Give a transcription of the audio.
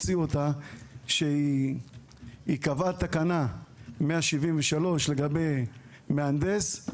שהיא קבעה תקנה 173 לגבי מהנדס,